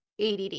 ADD